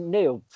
Neil